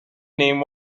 name